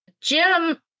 Jim